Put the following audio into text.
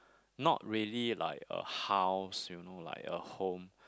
not really like a house you know like a home